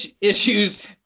issues